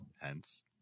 hence